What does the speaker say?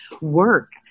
work